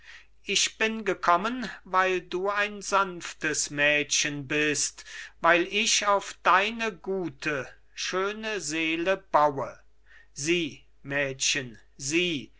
ich bin gekommen weil du ein sanftes mädchen bist weil ich auf deine gute schöne seele baue sieh mädchen sieh